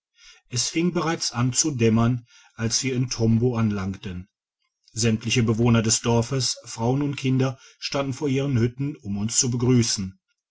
es fing bereits an zu dämmern als wir in tombo anlangten sämtliche bewohner des dorfes frauen und kinder standen vor ihren hütten um uns zu begrtissen